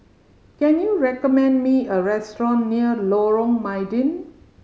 can you recommend me a restaurant near Lorong Mydin